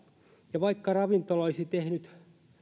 ja vaikka ravintola olisi tehnyt